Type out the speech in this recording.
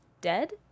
dead